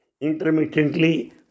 intermittently